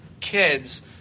kids